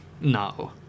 No